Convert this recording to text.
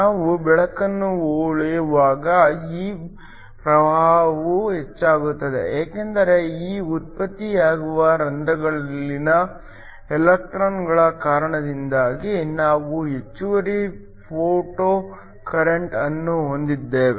ನಾವು ಬೆಳಕನ್ನು ಹೊಳೆಯುವಾಗ ಈ ಪ್ರವಾಹವು ಹೆಚ್ಚಾಗುತ್ತದೆ ಏಕೆಂದರೆ ಈಗ ಉತ್ಪತ್ತಿಯಾಗುವ ರಂಧ್ರಗಳಲ್ಲಿನ ಎಲೆಕ್ಟ್ರಾನ್ಗಳ ಕಾರಣದಿಂದಾಗಿ ನಾವು ಹೆಚ್ಚುವರಿ ಫೋಟೋ ಕರೆಂಟ್ ಅನ್ನು ಹೊಂದಿದ್ದೇವೆ